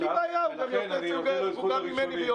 אין לי בעיה, הוא גם יותר מבוגר ממני ביומיים.